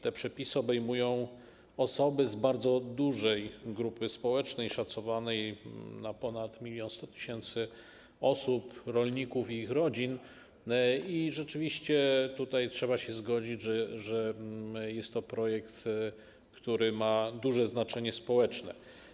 Te przepisy obejmują osoby z bardzo dużej grupy społecznej szacowanej na ponad 1100 tys. osób, rolników i ich rodzin, i rzeczywiście trzeba się zgodzić, że jest to projekt, który ma duże znaczenie społeczne.